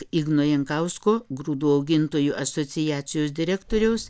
ignui jankausku grūdų augintojų asociacijos direktoriaus